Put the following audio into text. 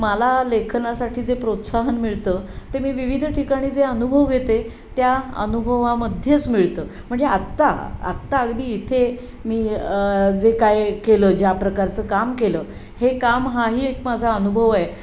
मला लेखनासाठी जे प्रोत्साहन मिळतं ते मी विविध ठिकाणी जे अनुभव घेते त्या अनुभवामध्येच मिळतं म्हणजे आत्ता आत्ता अगदी इथे मी जे काय केलं ज्या प्रकारचं काम केलं हे काम हाही एक माझा अनुभव आहे